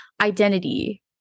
identity